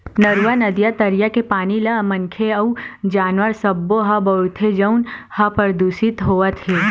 नरूवा, नदिया, तरिया के पानी ल मनखे अउ जानवर सब्बो ह बउरथे जउन ह परदूसित होवत हे